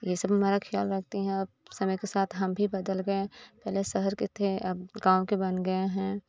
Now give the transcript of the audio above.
यह सब हमारा ख़याल रखती हैं अब समय के साथ हम भी बदल गए पहले शहर के थे अब गाँव के बन गए हैं